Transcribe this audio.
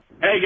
Hey